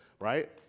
right